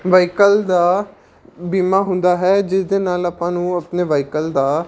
vehicle ਦਾ ਬੀਮਾ ਹੁੰਦਾ ਹੈ ਜਿਸ ਦੇ ਨਾਲ ਆਪਾਂ ਨੂੰ ਆਪਣੇ ਵਹੀਕਲ ਦਾ